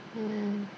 mm